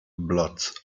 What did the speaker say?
blots